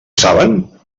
saben